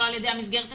לא על ידי המסגרת עצמה,